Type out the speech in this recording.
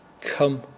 Come